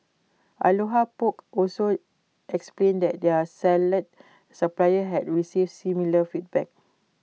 aloha poke also explained that their salad supplier had received similar feedback